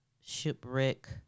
shipwreck